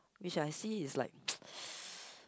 which I see is like